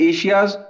Asia's